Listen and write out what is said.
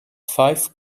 five